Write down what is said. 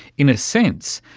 in a sense,